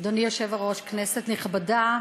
אדוני היושב-ראש, כנסת נכבדה,